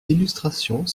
illustrations